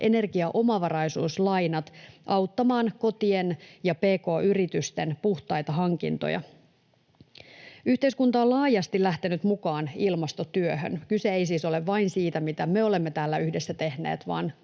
energiaomavaraisuuslainat auttamaan kotien ja pk-yritysten puhtaita hankintoja. Yhteiskunta on laajasti lähtenyt mukaan ilmastotyöhön. Kyse ei siis ole vain siitä, mitä me olemme täällä yhdessä tehneet, vaan